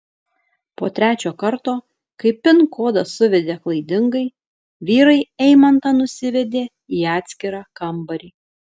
po trečio karto kai pin kodą suvedė klaidingai vyrai eimantą nusivedė į atskirą kambarį